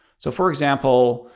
so for example,